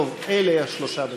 טוב, אלה השלושה בינתיים.